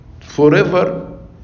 forever